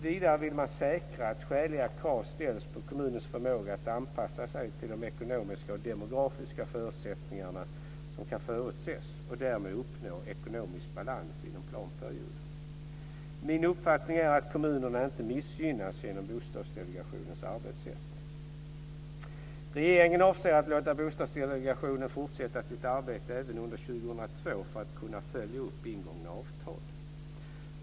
Vidare vill man säkra att skäliga krav ställs på kommunernas förmåga att anpassa sig till de ekonomiska och demografiska förutsättningar som kan förutses och därmed uppnå ekonomisk balans inom planperioden. Min uppfattning är att kommunerna inte missgynnas genom Bostadsdelegationens arbetssätt. Regeringen avser att låta Bostadsdelegationen fortsätta sitt arbete även under 2002 för att kunna följa upp ingångna avtal.